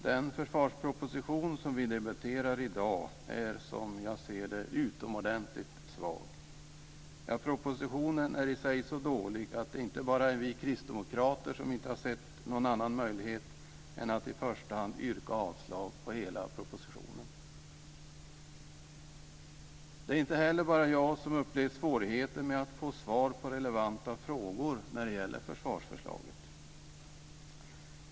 Den försvarsproposition som vi i dag debatterar är, som jag ser det, utomordentlig svag. Ja, propositionen är i sig så dålig att det inte bara är vi kristdemokrater som inte har sett någon annan möjlighet än att i första hand yrka avslag på hela propositionen. Det är inte heller bara jag som har upplevt svårigheten med att få svar på relevanta frågor när det gäller försvarsförslaget.